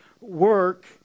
work